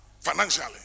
financially